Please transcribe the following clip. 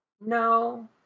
No